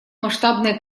масштабная